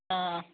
ꯑꯪ